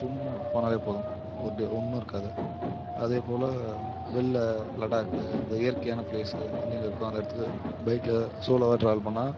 சும்மா போனால் போதும் ஒன்றும் இருக்காது அதேபோல் வெளில லடாக்கு இந்த இயற்கையான பிளேஸு எங்கெங்கே இருக்கோ அந்த இடத்துக்கு பைக்கில் சோலோவாக டிராவல் பண்ணால்